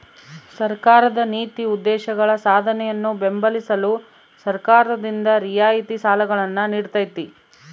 ಸರ್ಕಾರದ ನೀತಿ ಉದ್ದೇಶಗಳ ಸಾಧನೆಯನ್ನು ಬೆಂಬಲಿಸಲು ಸರ್ಕಾರದಿಂದ ರಿಯಾಯಿತಿ ಸಾಲಗಳನ್ನು ನೀಡ್ತೈತಿ